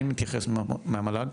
מי מתייחס מהמל"ג?